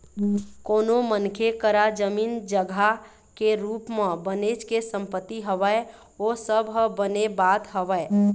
कोनो मनखे करा जमीन जघा के रुप म बनेच के संपत्ति हवय ओ सब ह बने बात हवय